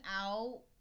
out